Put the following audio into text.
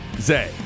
zay